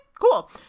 cool